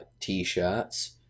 T-shirts